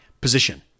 position